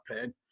pain